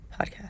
podcast